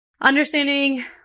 understanding